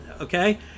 okay